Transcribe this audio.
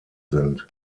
sind